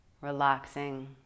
relaxing